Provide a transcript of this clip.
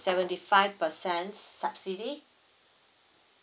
seventy five percent subsidy